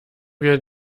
wir